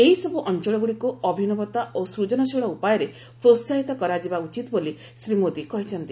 ଏହିସବୁ ଅଞ୍ଚଳଗୁଡ଼ିକୁ ଅଭିନବତା ଓ ସ୍ନୁଜନଶୀଳ ଉପାୟରେ ପ୍ରୋହାହିତ କରାଯିବା ଉଚିତ ବୋଲି ଶ୍ରୀ ମୋଦି କହିଛନ୍ତି